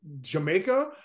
Jamaica